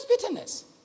bitterness